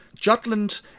Jutland